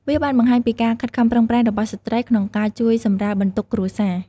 វាបានបង្ហាញពីការខិតខំប្រឹងប្រែងរបស់ស្ត្រីក្នុងការជួយសម្រាលបន្ទុកគ្រួសារ។